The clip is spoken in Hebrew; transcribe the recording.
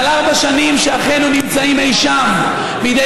מעל ארבע שנים שאחינו נמצאים אי שם בידי